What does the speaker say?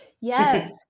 Yes